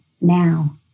now